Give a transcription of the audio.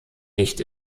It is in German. nicht